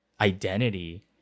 identity